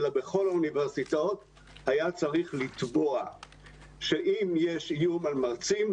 היה צריך לתבוע שאם יש איום על מרצים,